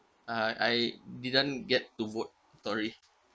uh I didn't get to vote sorry